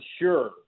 sure